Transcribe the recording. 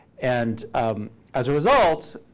and as a result,